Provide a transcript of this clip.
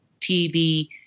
TV